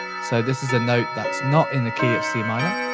so this is a note that's not in the key of c minor.